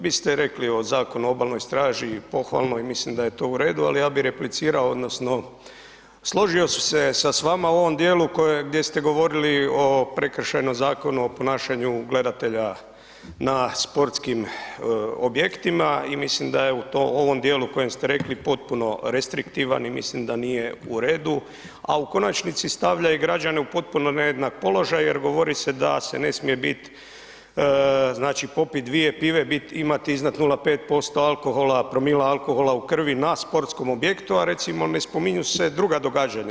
Vi ste rekli o Zakonu o Obalnoj staži pohvalno i mislim da je to u redu, ali ja bih replicirao odnosno složio se s vama u ovom dijelu gdje ste govorili o prekršajnom zakonu o ponašanju gledatelja na sportskim objektima i mislim da je u tom ovom dijelu kojem ste rekli potpuno restriktivan i mislim da nije u redu, a u konačnici stavlja i građane u potpuno nejednak položaj jer govori se da se ne smije biti, znači popiti 2 pive, imati iznad 0,5% alkohola, promila alkohola u krvi, na sportskom objektu, a recimo ne spominju se druga događanja.